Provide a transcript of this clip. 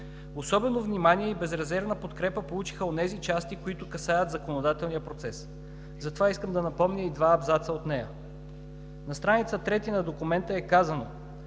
Особено внимание и безрезервна подкрепа получиха онези части, които касаят законодателния процес. Затова искам да напомня и два абзаца от нея. На страница трета на документа е казано: